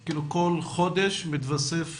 כל חודש מתווסף